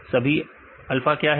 सभी अल्फा क्या है